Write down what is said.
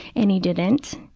and he didn't.